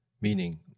meaning